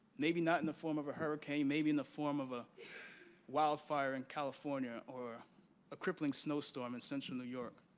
maybe not in the form of a hurricane, maybe in the form of a wildfire in california. or a crippling snowstorm in central new york.